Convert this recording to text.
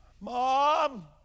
Mom